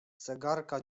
zegarka